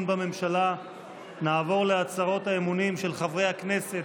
בממשלה נעבור להצהרות האמונים של חברי הכנסת,